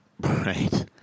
right